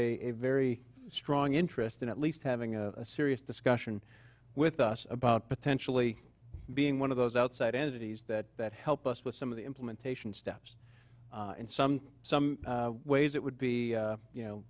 a very strong interest in at least having a serious discussion with us about potentially being one of those outside entities that that help us with some of the implementation steps and some some ways it would be you know